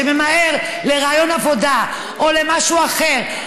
שממהר לריאיון עבודה או למשהו אחר,